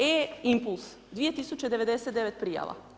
E-impuls, 2099 prijava.